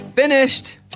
Finished